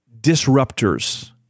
disruptors